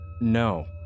No